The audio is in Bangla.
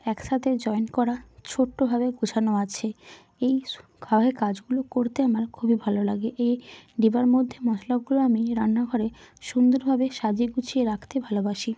একসাথে জয়েন্ট করা ছোট্টভাবে গোছানো আছে এই এই কাজগুলো করতে আমার খুবই ভালো লাগে এই ডিব্বার মধ্যে মশলাগুলো আমি রান্নাঘরে সুন্দরভাবে সাজিয়ে গুছিয়ে রাখতে ভালোবাসি